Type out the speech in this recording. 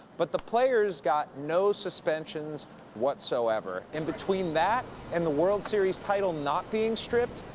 but the prayers got no suspensions whatsoever. and between that and the world series title not being stripped,